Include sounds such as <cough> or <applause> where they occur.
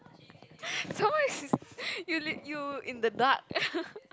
some more is you you in the dark <laughs>